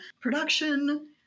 production